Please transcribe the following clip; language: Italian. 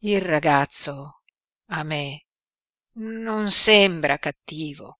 il ragazzo a me non sembra cattivo